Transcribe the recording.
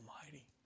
Almighty